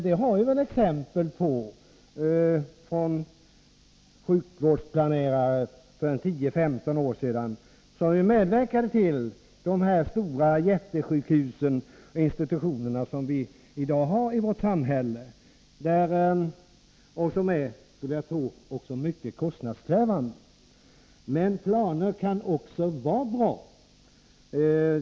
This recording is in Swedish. Det har vi exempel på. För tio — femton år sedan medverkade sjukvårdsplanerare till att skapa de jättesjukhus och stora institutioner som vi i dag har i vårt samhälle och som jag skulle tro också är mycket kostnadskrävande. Men planer kan också vara bra.